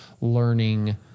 learning